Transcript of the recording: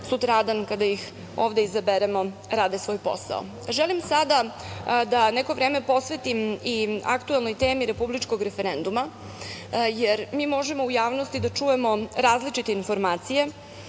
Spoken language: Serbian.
sutradan kada ih ovde izaberemo rade svoj posao. Želim sada da neko vreme posvetim i aktuelnoj temi republičkog referenduma, jer mi možemo u javnosti da čujemo različite informacije,